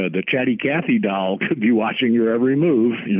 ah the chatty cathy doll could be watching your every move.